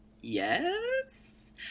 Yes